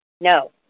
No